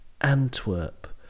Antwerp